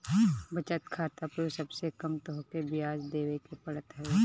बचत खाता पअ सबसे कम तोहके बियाज देवे के पड़त हवे